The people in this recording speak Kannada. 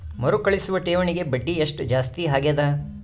ಮರುಕಳಿಸುವ ಠೇವಣಿಗೆ ಬಡ್ಡಿ ಎಷ್ಟ ಜಾಸ್ತಿ ಆಗೆದ?